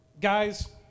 Guys